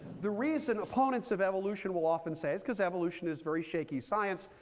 the reason opponents of evolution will often say is because evolution is very shaky science,